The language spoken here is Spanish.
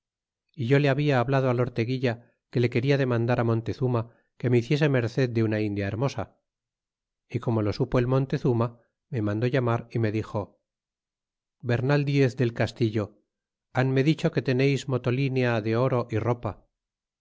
é yo le habla hablado al orteguilla que le quena demandar á montezuma que me hiciese merced de una india hermosa y como lo supo el montezuma me mandó llamar y me dixo bernal diez del castillo hanme dicho que teneis motolinea de oro y ropa